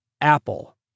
Apple